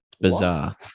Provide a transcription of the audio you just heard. Bizarre